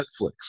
Netflix